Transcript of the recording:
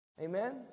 Amen